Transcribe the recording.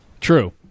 True